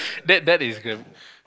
that that is the